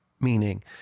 Meaning